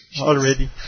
already